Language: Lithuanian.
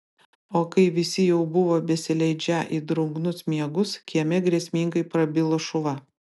o kai visi jau buvo besileidžią į drungnus miegus kieme grėsmingai prabilo šuva